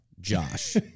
Josh